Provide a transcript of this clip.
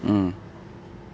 mm